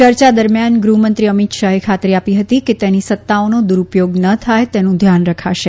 ચર્ચા દરમિયાન ગૃહમંત્રી અમિત શાહે ખાતરી આપી હતી કે તેની સત્તાઓનો દુરૂપયોગ ન થાય તેનું ધ્યાન રખાશે